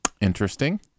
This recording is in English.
Interesting